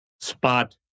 spot